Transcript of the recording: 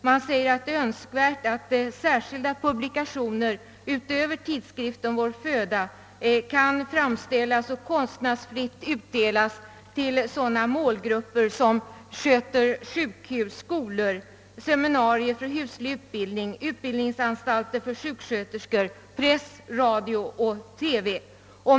Man säger att det är önskvärt att särskilda publikationer utöver tidskriften » Vår föda» kan framställas och kostnadsfritt utdelas till sådana målgrupper som sköter sjukhus, skolor, seminarier för huslig utbildning, utbildningsanstalter för sjuksköterskor, press, radio och TV.